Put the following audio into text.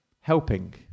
Helping